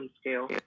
scale